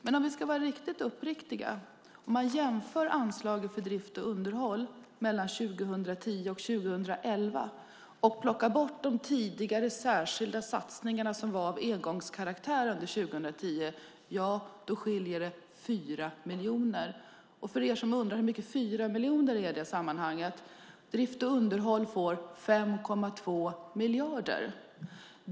Men om vi ska vara riktigt uppriktiga: Om man jämför anslaget för drift och underhåll mellan 2010 och 2011 och plockar bort de tidigare särskilda satsningar som var av engångskaraktär under 2010 skiljer det 4 miljoner. För er som undrar hur mycket 4 miljoner är i sammanhanget kan jag tala om att drift och underhåll får 5,2 miljarder.